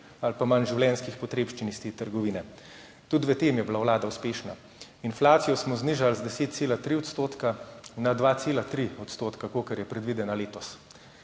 ali pa manj življenjskih potrebščin iz te trgovine. Tudi v tem je bila vlada uspešna, inflacijo smo znižali z 10,3 % na 2,3 %, kolikor je predvidena letos.